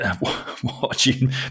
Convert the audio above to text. watching